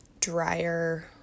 drier